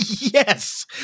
yes